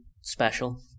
special